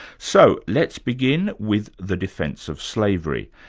so let's begin with the defence of slavery,